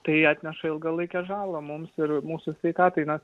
tai atneša ilgalaikę žalą mums ir mūsų sveikatai na